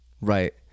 Right